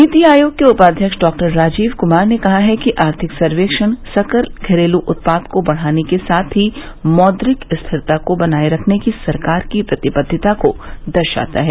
नीति आयोग के उपाध्यक्ष डाक्टर राजीव कुमार ने कहा है कि आर्थिक सर्वेक्षण सकल घरेलू उत्पाद को बढ़ाने के साथ ही मौद्रिक स्थिरता को बनाए रखने की सरकार की प्रतिबद्वता को दर्शाता है